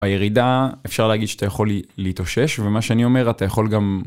הירידה אפשר להגיד שאתה יכול להתאושש ומה שאני אומר אתה יכול גם.